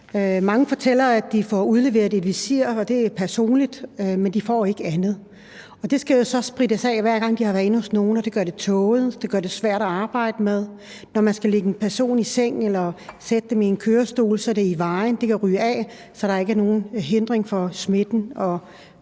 Mange fortæller, at de får udleveret et visir. Det er personligt, men de får ikke andet, og det skal jo så sprittes af, hver gang de har været inde hos nogen, og det gør det tåget, og det gør det svært at arbejde med. Når man skal lægge en person i seng eller sætte en person i en kørestol, er det i vejen, og det kan ryge af, så der ikke er nogen hindring for, at smitten